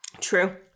True